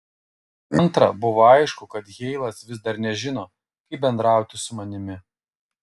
antra buvo aišku kad heilas vis dar nežino kaip bendrauti su manimi